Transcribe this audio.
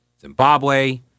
Zimbabwe